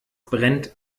brennt